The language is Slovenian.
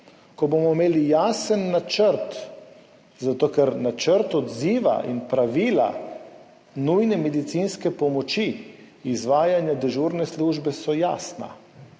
ko bomo imeli jasen načrt, zato ker so načrt odziva in pravila nujne medicinske pomoči izvajanja dežurne službe jasna.